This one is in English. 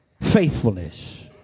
faithfulness